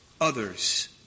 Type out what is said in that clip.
others